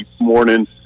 morning